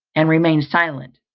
and remain silent.